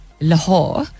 Lahore